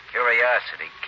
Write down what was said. Curiosity